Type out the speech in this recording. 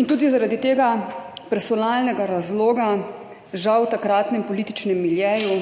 In tudi zaradi tega personalnega razloga žal v takratnem političnem miljeju